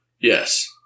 Yes